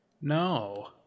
No